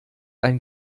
ein